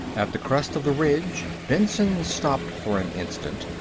at the crest of the ridge, benson stopped for an instant,